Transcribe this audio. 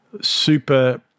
super